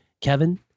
Kevin